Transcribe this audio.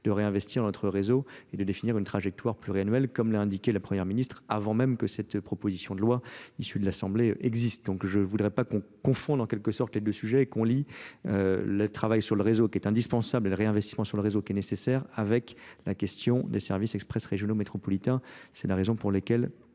de réinvestir notre réseau et de définir une trajectoire pluriannuelle comme l'a indiqué la 1ʳᵉ ministre, avant même que cette proposition de loi issue de l'assemblée existe donc je ne voudrais pas qu'on confonde en quelque sorte les deux sujets et qu'on lit le travail sur le réseau qui est indispensable, et le réinvestissement sur le réseau est nécessaire avec la question des services express régionaux métropolitain, c'est la raison pour laquelle